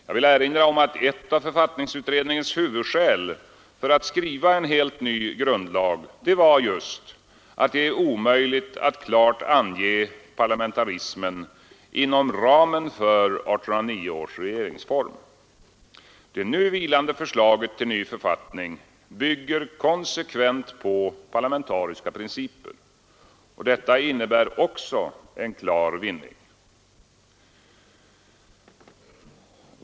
Jag vill erinra om att ett av författningsutredningens huvudskäl för att skriva en helt ny grundlag var just att det är omöjligt att klart ange parlamentarismen inom ramen för 1809 års regeringsform. Det nu vilande förslaget till ny författning bygger konsekvent på parlamentariska principer. Detta innebär också en klar vinning.